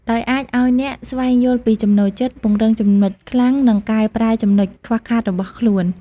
ដោយអាចឲ្យអ្នកស្វែងយល់ពីចំណូលចិត្ត ពង្រឹងចំណុចខ្លាំង និងកែប្រែចំណុចខ្វះខាតរបស់ខ្លួន។